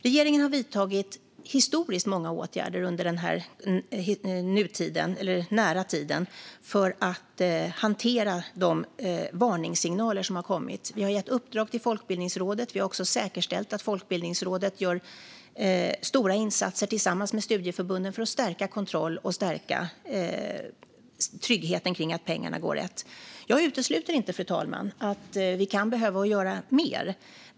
Regeringen har vidtagit historiskt många åtgärder under den senaste tiden för att hantera de varningssignaler som har kommit. Vi har gett uppdrag till Folkbildningsrådet; vi har också säkerställt att Folkbildningsrådet gör stora insatser tillsammans med studieförbunden för att stärka kontrollen och tryggheten kring att pengarna går rätt. Jag utesluter inte, fru talman, att vi kan behöva göra mer.